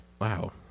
wow